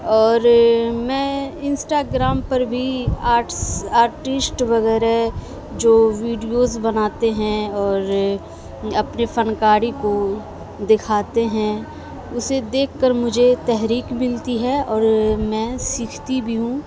اور میں Instagram پر بھی آرٹس آرٹسٹ وغیرہ جو ویڈیوز بناتے ہیں اور اپنے فنکاری کو دکھاتے ہیں اسے دیکھ کر مجھے تحریک ملتی ہے اور میں سیکھتی بھی ہوں